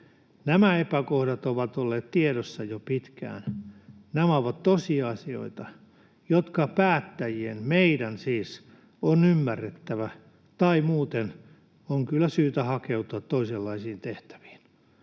Nämä epäkohdat ovat olleet tiedossa jo pitkään. Nämä ovat tosiasioita, jotka päättäjien — meidän siis — on ymmärrettävä, tai muuten on kyllä syytä hakeutua toisenlaisiin tehtäviin.